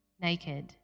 Naked